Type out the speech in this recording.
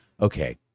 Okay